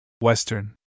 western